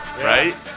right